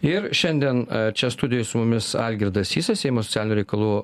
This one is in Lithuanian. ir šiandien čia studijoj su mumis algirdas sysas seimo socialinių reikalų